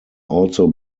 also